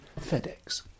FedEx